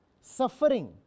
suffering